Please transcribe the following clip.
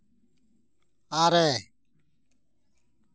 ᱟᱨᱮ